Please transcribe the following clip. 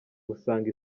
usanga